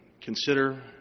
consider